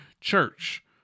church